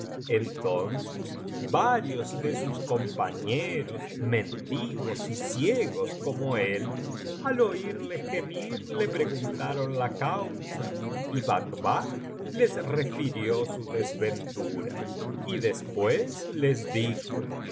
entonces varios de sus compañeros mendigos y ciegos como él al oirle gemir le preguntaron la causa y bacbac les refirió su desventura y después les dijo ahora tendréis que